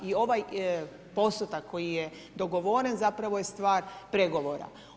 I ovaj postotak koji je dogovoren zapravo je stvar pregovora.